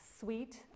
sweet